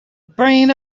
brain